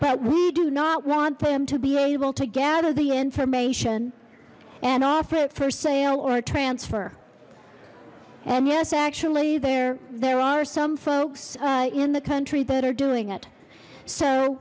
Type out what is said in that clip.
but we do not want them to be able to gather the information and offer it for sale or transfer and yes actually there there are some folks in the country that are doing it